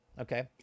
Okay